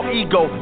ego